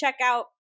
checkout